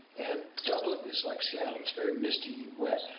and dublin is like seattle, it's very misty, wet,